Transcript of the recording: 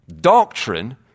doctrine